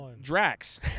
Drax